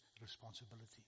responsibility